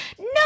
no